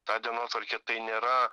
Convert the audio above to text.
ta dienotvarkė tai nėra